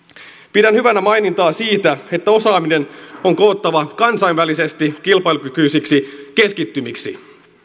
pidän hyvänä mainintaa siitä että osaaminen on koottava kansainvälisesti kilpailukykyisiksi keskittymiksi